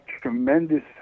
tremendous